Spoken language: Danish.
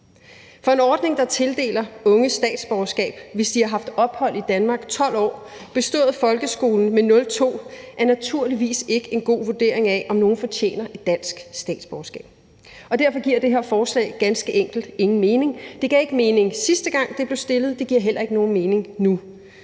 For en ordning, der tildeler unge statsborgerskab, hvis de har haft ophold i Danmark i 12 år, bestået folkeskolen med 02, er naturligvis ikke en god vurdering af, om nogle fortjener et dansk statsborgerskab. Og derfor giver det her forslag ganske enkelt ingen mening. Det gav ikke mening, sidste gang det blev stillet, og det giver heller ikke nogen mening nu.